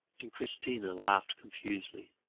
and christina laughed confusedly.